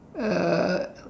uh